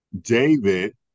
David